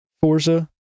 Forza